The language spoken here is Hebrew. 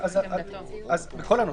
בכל הנושאים.